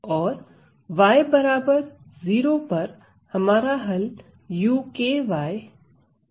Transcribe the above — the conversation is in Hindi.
और y0 पर हमारा हल uky f है